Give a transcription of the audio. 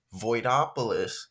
Voidopolis